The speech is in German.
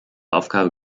aufgabe